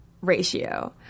ratio